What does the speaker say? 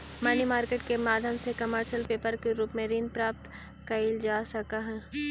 money market के माध्यम से कमर्शियल पेपर के रूप में ऋण प्राप्त कईल जा सकऽ हई